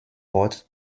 wort